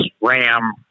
RAM